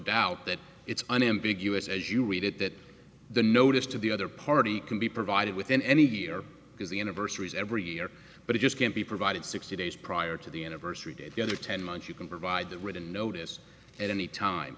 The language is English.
doubt that it's unambiguous as you read it that the notice to the other party can be provided within any gear because the anniversary's every year but it just can't be provided sixty days prior to the anniversary date the other ten months you can provide the written notice at any time